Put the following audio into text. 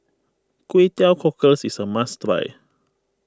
Kway Teow Cockles is a must try